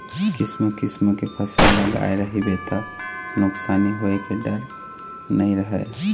किसम किसम के फसल लगाए रहिबे त नुकसानी होए के डर नइ रहय